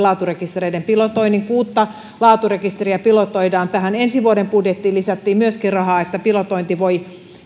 laaturekistereiden pilotoinnin kuutta laaturekisteriä pilotoidaan tähän ensi vuoden budjettiin lisättiin myöskin rahaa että pilotointi voi